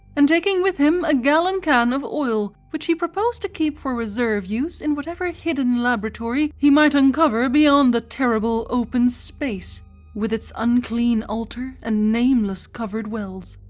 and taking with him a gallon can of oil, which he proposed to keep for reserve use in whatever hidden laboratory he might uncover beyond the terrible open space with its unclean altar and nameless covered wells.